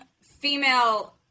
female